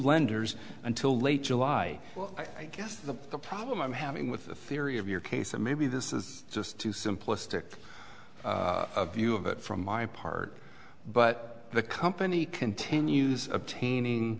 lenders until late july i guess the problem i'm having with the theory of your case and maybe this is just too simplistic view of it from my part but the company continues obtaining